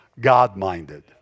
God-minded